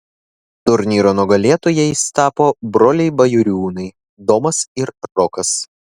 turnyro nugalėtojais tapo broliai bajoriūnai domas ir rokas